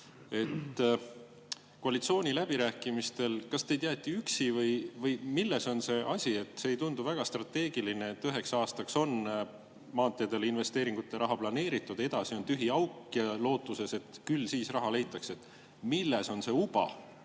koalitsiooniläbirääkimistel üksi või milles on asi? See ei tundu väga strateegiline, et üheks aastaks on maanteedele investeeringute raha planeeritud, edasi on tühi auk ja lootus, et küll siis raha leitakse. Milles on see uba,